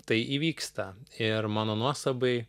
tai įvyksta ir mano nuostabai